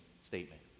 statement